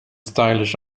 stylish